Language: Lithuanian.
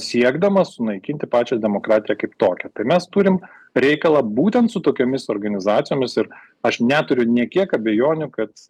siekdamas sunaikinti pačią demokratiją kaip tokią tai mes turim reikalą būtent su tokiomis organizacijomis ir aš neturiu nė kiek abejonių kad